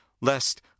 lest